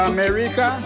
America